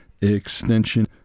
extension